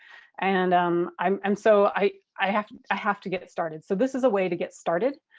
and um i'm and so, i i have to, i have to get it started. so this is a way to get started.